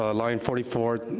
ah line forty four,